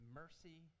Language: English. mercy